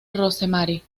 rosemary